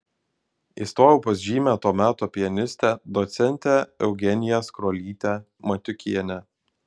įstojau pas žymią to meto pianistę docentę eugeniją skrolytę matiukienę